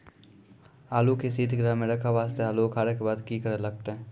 आलू के सीतगृह मे रखे वास्ते आलू उखारे के बाद की करे लगतै?